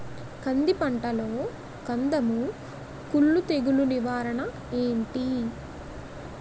కంది పంటలో కందము కుల్లు తెగులు నివారణ ఏంటి?